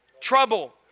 Trouble